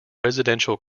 residential